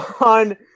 on